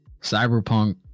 Cyberpunk